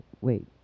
wait